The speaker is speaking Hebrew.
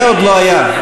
זה עוד לא היה.